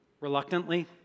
Reluctantly